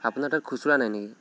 আপোনাৰ তাত খুচুৰা নাই নেকি